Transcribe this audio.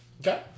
Okay